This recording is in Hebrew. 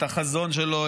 את החזון שלו,